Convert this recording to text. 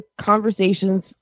conversations